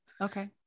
Okay